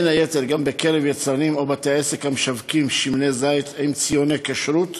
ובין היתר גם בקרב יצרנים ובתי-עסק המשווקים שמן זית עם ציוני כשרות